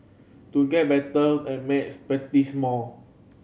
to get better at maths practise more